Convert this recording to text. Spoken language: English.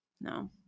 No